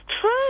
true